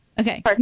Okay